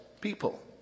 people